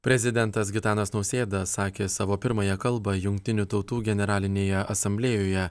prezidentas gitanas nausėda sakė savo pirmąją kalbą jungtinių tautų generalinėje asamblėjoje